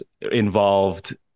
involved